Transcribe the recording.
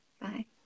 Bye